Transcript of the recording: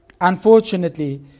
Unfortunately